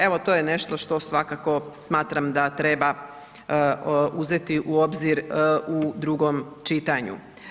Evo to je nešto što svakako smatram da treba uzeti u obzir u drugom čitanju.